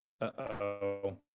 Uh-oh